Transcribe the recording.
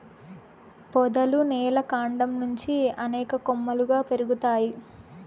పొదలు నేల కాండం నుంచి అనేక కొమ్మలుగా పెరుగుతాయి